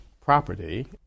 property